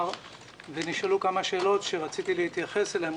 ונשאלו כמה שאלות שרציתי להתייחס אליהן,